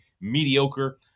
mediocre